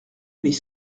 mais